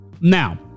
Now